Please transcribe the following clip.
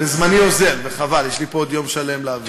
וזמני אוזל, וחבל, יש לי פה עוד יום שלם להעביר.